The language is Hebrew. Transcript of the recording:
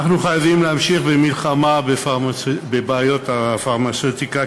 אנחנו חייבים להמשיך במלחמה בבעיות הפרמצבטיקה,